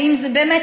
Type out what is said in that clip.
ובאמת,